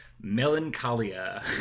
melancholia